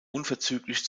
unverzüglich